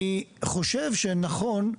אני חושב שנכון,